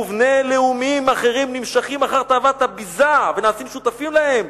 ובני לאומים אחרים נמשכים אחרי תאוות הביזה ונעשים שותפים להם,